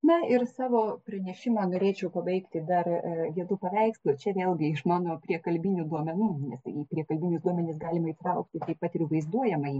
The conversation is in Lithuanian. na ir savo pranešimą norėčiau pabaigti dar vienu paveikslų čia vėlgi iš mano priekalbinių duomenų nes į priekalbinius duomenis galima įtraukti taip pat ir vaizduojamąjį